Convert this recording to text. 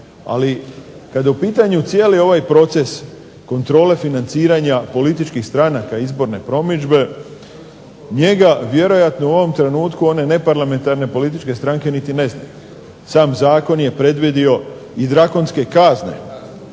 ali kada je u pitanju cijeli ovaj proces kontrole financiranja političkih stranaka izborne promidžbe njega vjerojatno u ovom trenutku one neparlamentarne političke stranke niti ne znaju. Sam Zakon je predvidio i drakonske kazne